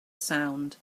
sound